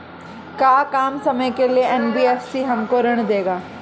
का कम समय के लिए एन.बी.एफ.सी हमको ऋण देगा?